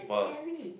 scary